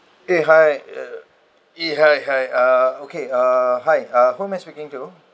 !hey! hi uh !hey! hi hi uh okay uh hi uh who am I speaking to